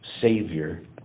Savior